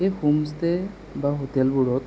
এই হোমষ্টে' বা হোটেলবোৰত